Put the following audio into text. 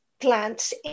plants